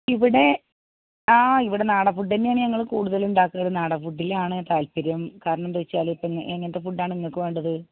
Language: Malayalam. ഇവിടെ ആ ഇവിടെ നാടൻ ഫുഡ് തന്നെയാണ് ഞങ്ങൾ കൂടുതലും ഉണ്ടാക്കുന്നത് നാടൻ ഫുഡിലാണ് താൽപ്പര്യം കാരണം എന്താച്ചാൽ ഇപ്പോൾ എങ്ങനത്തെ ഫുഡാണ് നിങ്ങൾക്ക് വേണ്ടത്